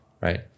Right